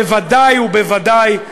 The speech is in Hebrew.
בוודאי ובוודאי,